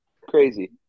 Crazy